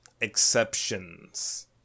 exceptions